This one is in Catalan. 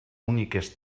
úniques